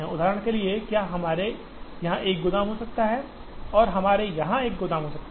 उदाहरण के लिए क्या हमारे यहाँ एक गोदाम हो सकता है और हमारे यहाँ एक गोदाम है